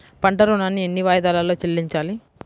పంట ఋణాన్ని ఎన్ని వాయిదాలలో చెల్లించాలి?